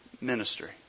Ministry